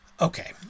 Okay